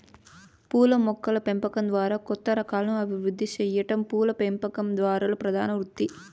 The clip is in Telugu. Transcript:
పూల మొక్కల పెంపకం ద్వారా కొత్త రకాలను అభివృద్ది సెయ్యటం పూల పెంపకందారుల ప్రధాన వృత్తి